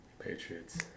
Patriots